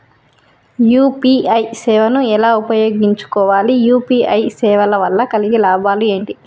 UPI సేవను ఎలా ఉపయోగించు కోవాలి? యూ.పీ.ఐ సేవల వల్ల కలిగే లాభాలు ఏమిటి?